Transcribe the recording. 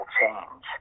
change